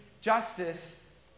justice